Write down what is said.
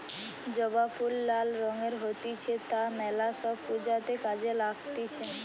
জবা ফুল লাল রঙের হতিছে তা মেলা সব পূজাতে কাজে লাগতিছে